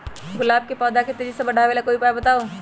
गुलाब के पौधा के तेजी से बढ़ावे ला कोई उपाये बताउ?